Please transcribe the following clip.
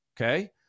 okay